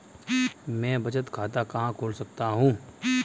मैं बचत खाता कहाँ खोल सकता हूँ?